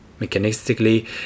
Mechanistically